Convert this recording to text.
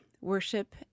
Worship